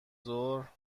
ظهر